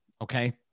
okay